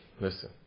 listen